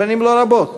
לא רבות